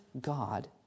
God